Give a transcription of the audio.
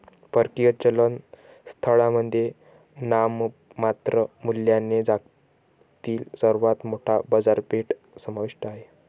परकीय चलन स्थळांमध्ये नाममात्र मूल्याने जगातील सर्वात मोठी बाजारपेठ समाविष्ट आहे